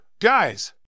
guys